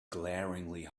glaringly